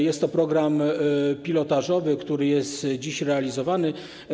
Jest to program pilotażowy, który jest dziś realizowany.